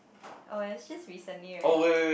oh it's just recently right